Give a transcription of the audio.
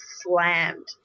slammed